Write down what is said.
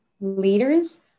leaders